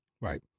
Right